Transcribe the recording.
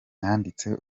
nanditse